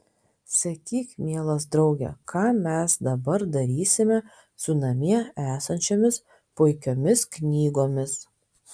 sakyk mielas drauge ką mes dabar darysime su namie esančiomis puikiomis knygomis